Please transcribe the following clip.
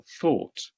thought